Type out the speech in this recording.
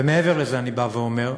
ומעבר לזה, אני אומר,